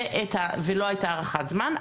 ולא הייתה הארכת זמן,